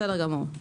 בסדר.